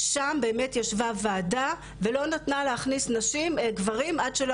שם באמת יש ועדה ולא נתנה להכניס גברים עד שלא